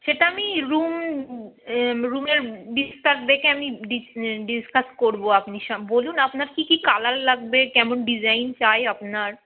সেটা আমি রুম রুমের বিস্তার দেখে আমি ডিসকাস করবো আপনি সব বলুন আপনার কী কী কালার লাগবে কেমন ডিজাইন চাই আপনার